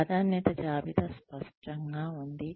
ప్రాధాన్యత జాబితా స్పష్టంగా ఉంది